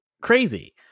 crazy